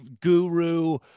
guru